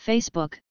Facebook